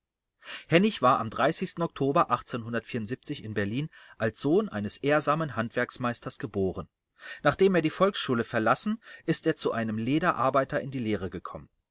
hennig war am oktober in berlin als sohn eines ehrsamen handwerksmeisters geboren nachdem er die volksschule verlassen ist er zu einem lederarbeiter in die lehre gekommen